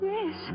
Yes